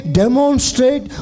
demonstrate